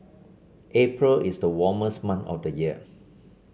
April is the warmest month of the year